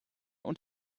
und